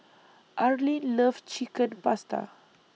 Arlene loves Chicken Pasta